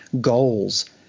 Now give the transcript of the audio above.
goals